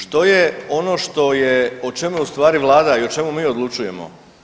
Što je ono što je o čemu je u stvari vlada i o čemu mi odlučujemo?